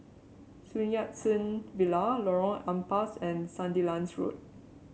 Sun Yat Sen Villa Lorong Ampas and Sandilands Road